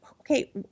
okay